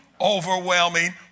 overwhelming